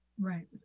Right